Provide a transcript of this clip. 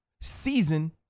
season